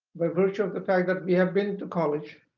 by virtue of the fact that we have been to college,